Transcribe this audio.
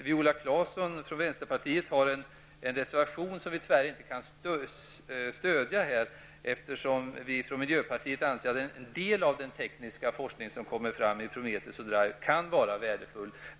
Viola Claesson från vänsterpartiet har en reservation som vi tyvärr inte kan stödja, eftersom vi från miljöpartiet anser att en del av den tekniska forskning som kommer fram genom Prometheus och Drive kan vara värdefull.